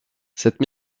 cette